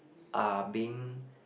are being